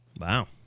Wow